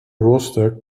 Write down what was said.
roster